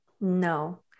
No